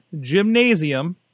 Gymnasium